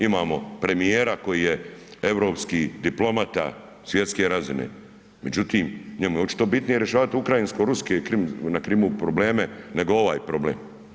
Imamo premijera koji je europski diplomata svjetske razine, međutim, njemu je očito bitnije rješavanja ukrajinsko-ruske Krim, na Krimu probleme, nego ovaj problem.